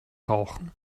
rauchen